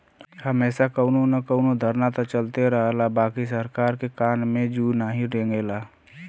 हमेशा कउनो न कउनो धरना त चलते रहला बाकि सरकार के कान में जू नाही रेंगला